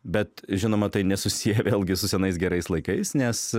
bet žinoma tai nesusiję vėlgi su senais gerais laikais nes